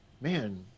man